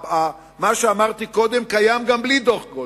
כי מה שאמרתי קודם קיים גם בלי דוח גולדסטון.